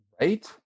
Right